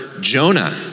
Jonah